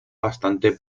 bastante